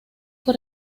fue